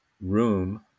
room